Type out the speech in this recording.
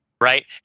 right